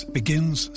begins